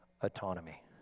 autonomy